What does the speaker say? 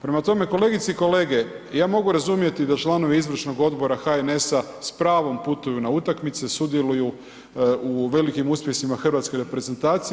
Prema tome kolegice i kolege, ja mogu razumjeti da članovi Izvršnog odbora HNS-a s pravom putuju na utakmice, sudjeluju u velikim uspjesima Hrvatske reprezentacije.